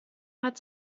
hat